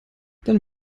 dann